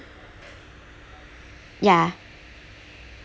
ya